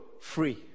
free